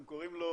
הם קוראים לו